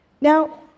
Now